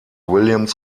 williams